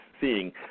seeing